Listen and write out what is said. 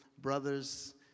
brothers